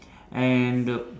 and the